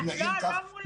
לא, לא מול השרים.